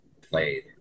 played